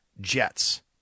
Jets